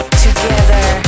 together